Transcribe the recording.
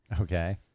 Okay